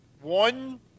one